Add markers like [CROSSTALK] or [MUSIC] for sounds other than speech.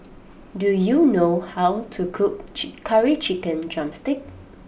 do you know how to cook [UNINTELLIGIBLE] Curry Chicken Drumstick